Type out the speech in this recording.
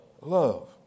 love